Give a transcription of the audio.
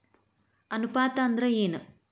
ಅನುಪಾತ ಅಂದ್ರ ಏನ್?